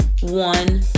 one